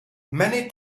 many